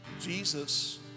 Jesus